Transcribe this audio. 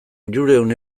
hirurehun